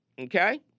Okay